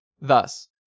Thus